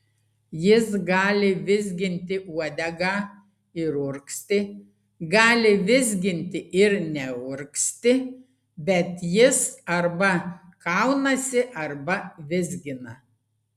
jis gali vizginti uodegą ir urgzti gali vizginti ir neurgzti bet jis arba kaunasi arba vizgina